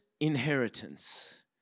inheritance